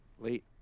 late